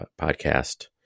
podcast